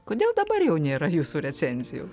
kodėl dabar jau nėra jūsų recenzijų